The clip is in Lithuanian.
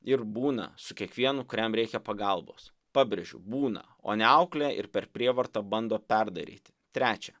ir būna su kiekvienu kuriam reikia pagalbos pabrėžiu būna o ne auklėja ir per prievartą bando perdaryti trečia